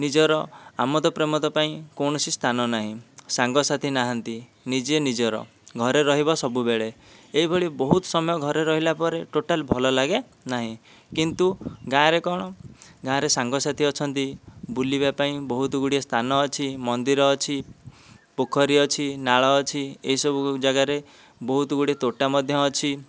ନିଜର ଆମୋଦପ୍ରମୋଦ ପାଇଁ କୌଣସି ସ୍ଥାନ ନାହିଁ ସାଙ୍ଗସାଥି ନାହାନ୍ତି ନିଜେ ନିଜର ଘରେ ରହିବ ସବୁବେଳେ ଏଭଳି ବହୁତ ସମୟ ଘରେ ରହିଲା ପରେ ଟୋଟାଲ୍ ଭଲ ଲାଗେନାହିଁ କିନ୍ତୁ ଗାଁରେ କଣ ଗାଁରେ ସାଙ୍ଗସାଥି ଅଛନ୍ତି ବୁଲିବାପାଇଁ ବହୁତ ଗୁଡ଼ିଏ ସ୍ଥାନ ଅଛି ମନ୍ଦିର ଅଛି ପୋଖରୀ ଅଛି ନାଳ ଅଛି ଏହି ସବୁ ଜାଗାରେ ବହୁତ ଗୁଡ଼ିଏ ତୋଟା ମଧ୍ୟ ଅଛି